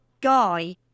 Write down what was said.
guy